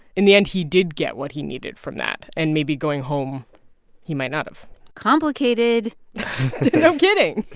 in the end, he did get what he needed from that and maybe going home he might not have complicated no kidding.